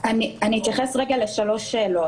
אני אתייחס רגע לשלוש שאלות.